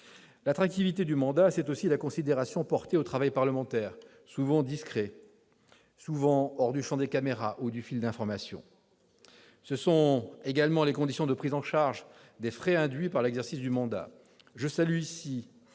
L'attractivité du mandat, c'est aussi la considération portée au travail parlementaire, souvent discret, hors du champ des caméras ou des fils d'information. C'est vrai ! Ce sont également les conditions de prise en charge des frais induits par l'exercice du mandat. Je salue,